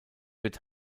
wird